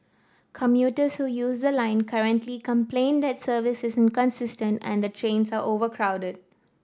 commuters who use the line currently complain that services is inconsistent and that trains are overcrowded